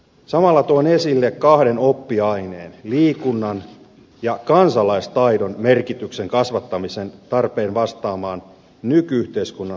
samalla tuon esille kahden oppiaineen liikunnan ja kansalaistaidon merkityksen kasvattamisen tarpeen vastaamaan nyky yhteiskunnan haasteisiin